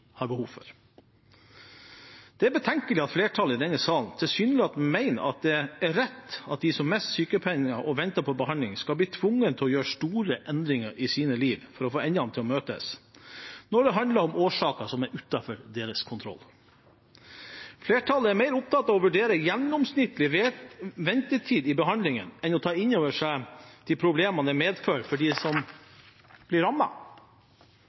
har behov for. Det er betenkelig at flertallet i denne salen tilsynelatende mener at det er rett at de som mister sykepenger og venter på behandling, skal bli tvunget til å gjøre store endringer i sine liv for å få endene til å møtes, når det handler om årsaker som er utenfor deres kontroll. Flertallet er mer opptatt av å vurdere gjennomsnittlig ventetid i behandlingene enn å ta inn over seg de problemene det medfører for dem som blir